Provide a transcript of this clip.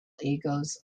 egos